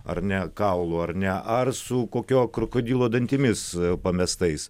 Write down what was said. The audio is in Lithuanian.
ar ne kaulu ar ne ar su kokio krokodilo dantimis pamestais